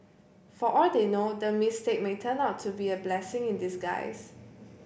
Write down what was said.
for all they know the mistake may turn out to be a blessing in disguise